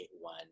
one